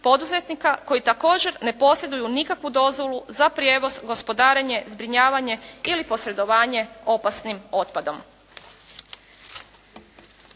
poduzetnika koji također ne posjeduju nikakvu dozvolu za prijevoz, gospodarenje, zbrinjavanje ili posredovanje opasnim otpadom.